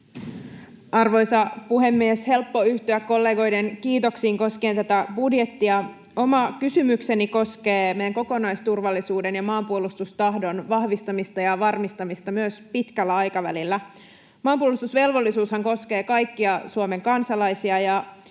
Arvoisa puhemies! Helppo yhtyä kollegoiden kiitoksiin koskien tätä budjettia. Oma kysymykseni koskee meidän kokonaisturvallisuuden ja maanpuolustustahdon vahvistamista ja varmistamista myös pitkällä aikavälillä. Maanpuolustusvelvollisuushan koskee kaikkia Suomen kansalaisia, ja